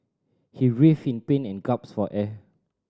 he writhed in pain and gaps for air